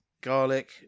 Garlic